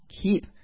keep